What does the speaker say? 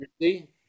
see